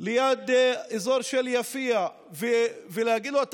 ליד אזור יפיע ולהגיד: לא,